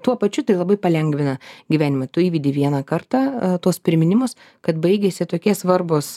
tuo pačiu tai labai palengvina gyvenimą tu įvedi vieną kartą tuos priminimus kad baigiasi tokie svarbūs